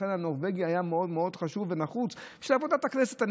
ולכן הנורבגי היה מאוד מאוד חשוב ונחוץ בשביל עבודת הכנסת.